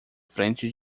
frente